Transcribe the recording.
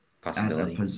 possibility